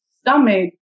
stomach